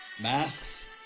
masks